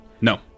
No